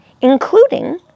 including